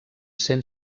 cent